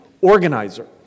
organizer